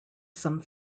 some